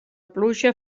pluja